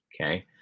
okay